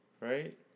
right